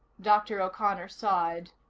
dr. o'connor sighed.